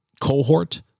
cohort